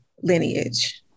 lineage